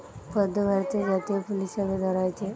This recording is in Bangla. পদ্ম ভারতের জাতীয় ফুল হিসাবে ধরা হইচে